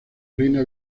reina